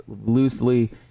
loosely